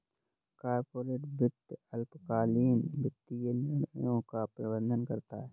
corporate वित्त अल्पकालिक वित्तीय निर्णयों का प्रबंधन करता है